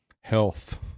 health